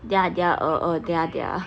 they're they're uh they're they're